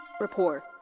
Report